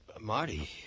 Marty